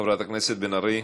חברת הכנסת בן ארי,